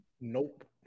Nope